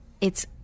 it's-